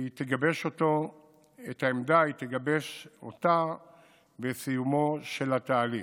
את העמדה היא תגבש בסיומו של התהליך.